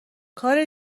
کار